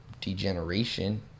degeneration